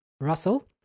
russell